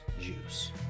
juice